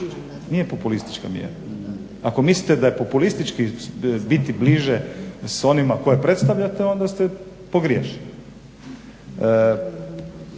Nije populistička mjera. Ako mislite da je populistički biti bliže s onima koje predstavljate onda ste pogriješili.